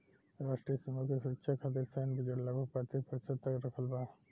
राष्ट्रीय सीमा के सुरक्षा खतिर सैन्य बजट लगभग पैंतीस प्रतिशत तक रखल बा